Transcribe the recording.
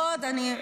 הוא היה.